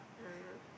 ah